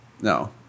no